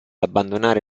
abbandonare